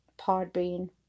Podbean